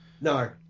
No